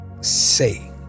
say